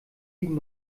liegen